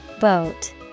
Boat